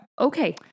Okay